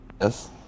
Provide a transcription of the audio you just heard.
Yes